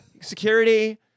Security